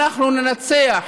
אנחנו ננצח